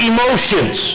Emotions